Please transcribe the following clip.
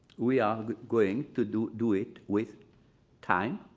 we are going to do do it with time